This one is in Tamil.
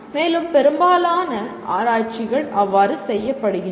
மேலும் பெரும்பாலான ஆராய்ச்சிகள் அவ்வாறு செய்யப்படுகின்றன